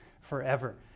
forever